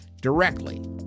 directly